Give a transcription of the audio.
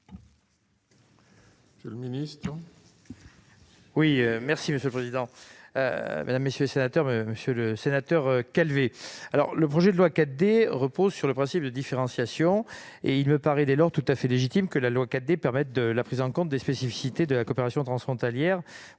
monsieur le ministre,